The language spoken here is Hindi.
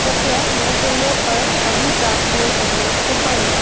कृपया मैसेंजर पर अभी प्राप्त हुए संदेश को पढ़ें